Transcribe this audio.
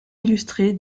illustrées